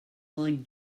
like